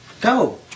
Go